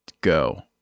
go